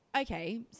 Okay